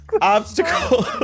Obstacle